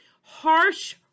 harsh